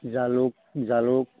জালুক জালুক